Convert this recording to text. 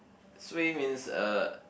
suay means uh